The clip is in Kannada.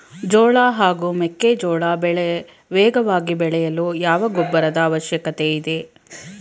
ಜೋಳ ಹಾಗೂ ಮೆಕ್ಕೆಜೋಳ ಬೆಳೆ ವೇಗವಾಗಿ ಬೆಳೆಯಲು ಯಾವ ಗೊಬ್ಬರದ ಅವಶ್ಯಕತೆ ಇದೆ?